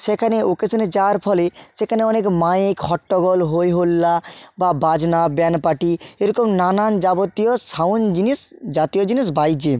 সেখানে অকেশানে যাওয়ার ফলে সেখানে অনেক মাইক হট্টগোল হইহল্লা বা বাজনা ব্যান পাটি এরকম নানান যাবতীয় সাউন্ড জিনিস জাতীয় জিনিস বাজে